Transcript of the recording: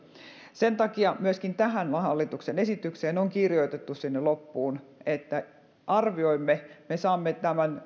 sen takia myöskin tähän hallituksen esitykseen on kirjoitettu sinne loppuun että arvioimme me saamme